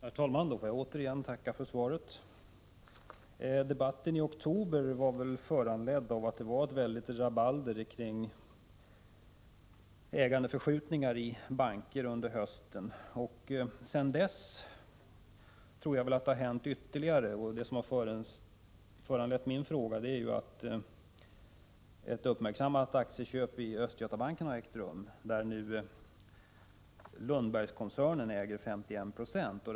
Herr talman! Då får jag återigen tacka för svaret. Debatten i oktober var väl föranledd av att det var ett väldigt rabalder kring ägandeförskjutningar i banker under hösten. Sedan har ytterligare ägandeförskjutningar ägt rum. Det som föranlett min fråga är ett uppmärksammat aktieköp i Östgötabanken, där nu Lundbergskoncernen äger 51 96.